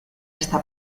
esta